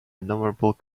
innumerable